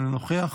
אינו נוכח.